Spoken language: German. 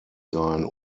sein